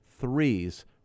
threes